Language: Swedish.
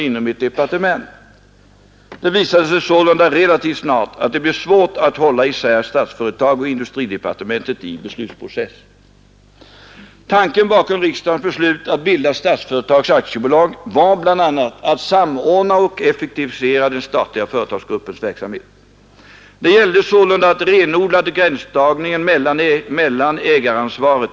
Men det var kanske inte det som herr Burenstam Linder var ute efter, utan de där skriverierna om en hemlig koncern, eftersom herr Burenstam Linder ställde frågan om tomtbolaget. Ja, herr Burenstam Linder, det var så att Kreditbanken på sin tid hade lämnat ganska betydande krediter till Tollare pappersbruk.